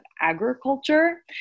agriculture